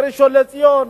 בראשון-לציון,